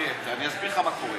אני אסביר לך מה קורה,